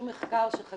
מחקר.